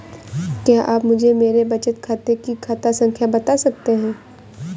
क्या आप मुझे मेरे बचत खाते की खाता संख्या बता सकते हैं?